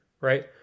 right